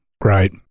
Right